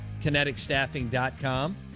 kineticstaffing.com